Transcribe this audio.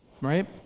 right